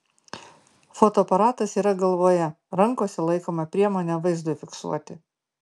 fotoaparatas yra galvoje rankose laikome priemonę vaizdui fiksuoti